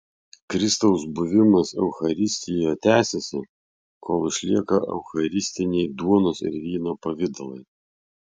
kristaus buvimas eucharistijoje tęsiasi kol išlieka eucharistiniai duonos ir vyno pavidalai